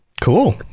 Cool